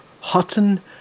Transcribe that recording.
Hutton